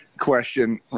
question